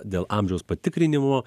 dėl amžiaus patikrinimo